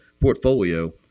portfolio